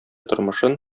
тормышын